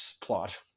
plot